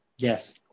Yes